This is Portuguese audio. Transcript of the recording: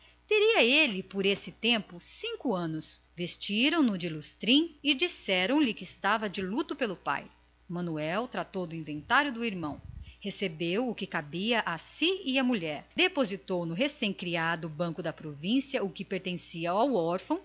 a compreendeu por esse tempo teria ele cinco anos se tanto vestiram no de sarja preta e disseram-lhe que estava de luto pelo pai manuel tratou do inventário recebeu o que lhe coube e mais a mulher na herança depositou no recém criado banco da província o que pertencia ao